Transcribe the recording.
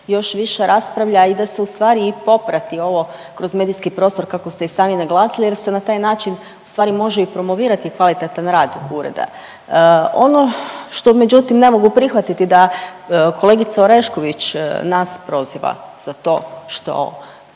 još više raspravlja i da se ustvari i poprati ovo kroz medijski prostor kako ste i sami naglasili jer se na taj način u stvari može i promovirati kvalitetan rad ureda. Ono što međutim ne mogu prihvatiti da kolegica Orešković nas proziva za to što